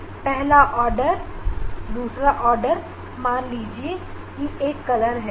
यह नीले रंग के लिए पहला आर्डर और दूसरा आर्डर की जानकारी के लिए है